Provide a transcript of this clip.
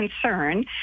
concern